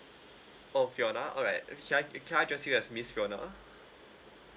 oh fiona alright okay can I can I address you as miss fiona